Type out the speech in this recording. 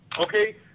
Okay